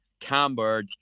cambered